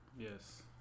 Yes